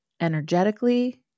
energetically